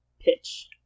pitch